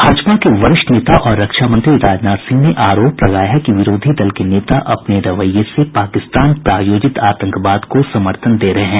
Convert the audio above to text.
भाजपा के वरिष्ठ नेता और रक्षा मंत्री राजनाथ सिंह ने आरोप लगाया है कि विरोधी दल के नेता अपने रवैये से पाकिस्तान प्रायोजित आतंकवाद को समर्थन दे रहे हैं